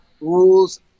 rules